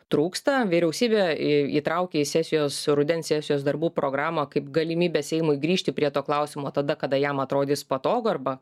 trūksta vyriausybė į įtraukė į sesijos rudens sesijos darbų programą kaip galimybę seimui grįžti prie to klausimo tada kada jam atrodys patogu arba